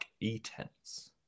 e-tense